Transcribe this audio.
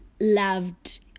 loved